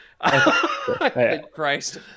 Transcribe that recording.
Christ